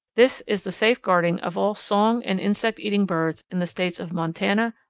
this is the safeguarding of all song and insect-eating birds in the states of montana,